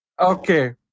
Okay